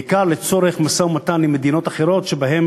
בעיקר לצורך משא-ומתן עם מדינות אחרות שבהן